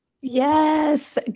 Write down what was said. yes